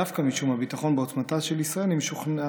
דווקא משום הביטחון בעוצמתה של ישראל אני משוכנע